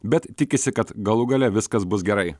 bet tikisi kad galų gale viskas bus gerai